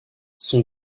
son